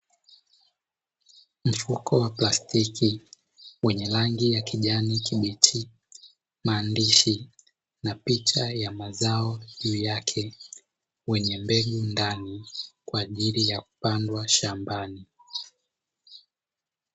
Mfuko wa plastiki wenye rangi ya kijani kibichi, maandishi na picha ya mazao juu yake, wenye mbegu ndani kwa ajili ya kupandwa shambani.